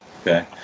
Okay